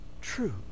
true